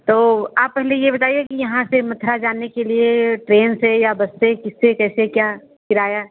तो आप पहले ये बताइए कि यहाँ से मथुरा जाने के लिए ट्रेन से या बस से किस से कैसे क्या किराया